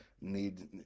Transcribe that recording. need